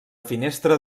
finestra